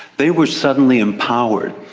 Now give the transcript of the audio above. they were suddenly empowered.